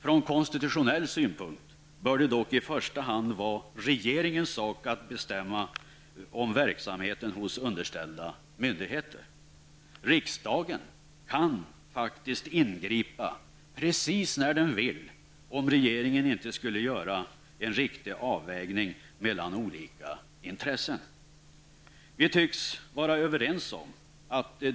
Ur konstitutionell synvinkel bör det dock i första hand vara regeringens sak att bestämma om verksamheten hos underställda myndigheter. Riksdagen kan ingripa precis när den vill om regeringen inte skulle göra en riktig avvägning mellan olika intressen.